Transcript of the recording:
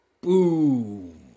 Boom